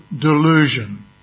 Delusion